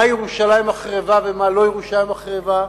מה ירושלים החרבה ומה לא ירושלים החרבה,